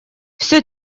все